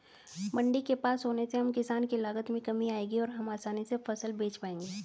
मंडी के पास होने से हम किसान की लागत में कमी आएगी और हम आसानी से फसल बेच पाएंगे